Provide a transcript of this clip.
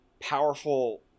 powerful